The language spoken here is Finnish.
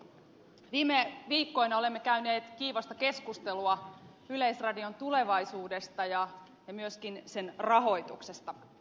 viime viikkoina olemme käyneet kiivasta keskustelua yleisradion tulevaisuudesta ja myöskin sen rahoituksesta